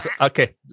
Okay